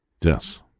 Yes